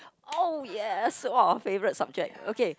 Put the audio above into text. oh yes what was favourite subject okay